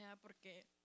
porque